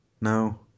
No